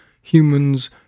humans